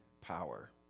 power